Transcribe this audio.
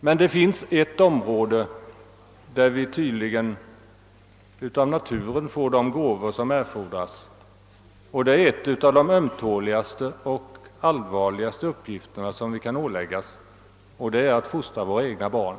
Men för en uppgift har vi tydligen av naturen fått de gåvor som erfordras. Det är en av de ömtåligaste och allvarligaste uppgifter som vi kan åläggas, nämligen uppgiften att fostra våra egna barn.